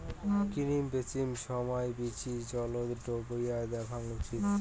কিনিম বিচিম সমাই বীচি জলত ডোবেয়া দ্যাখ্যা উচিত